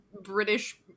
British